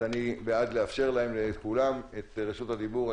אני בעד לאפשר לכולם את רשות הדיבור.